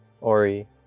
Ori